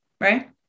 right